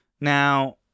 now